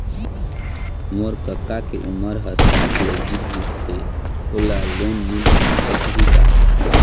मोर कका के उमर ह साठ ले जीत गिस हे, ओला लोन मिल सकही का?